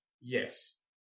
Yes